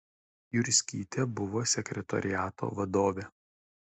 jurskytė buvo sekretoriato vadovė